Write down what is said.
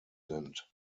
sind